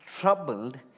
troubled